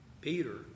Peter